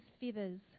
feathers